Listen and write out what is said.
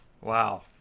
Wow